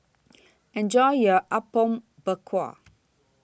Enjoy your Apom Berkuah